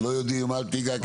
לא יודעים אל תיגע,